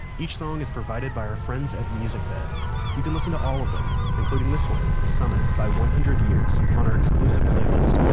each song is provided by our friends at musicbed! you can listen to all of them, including this one, summit by one hundred years, on our exclusive playlist.